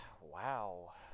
Wow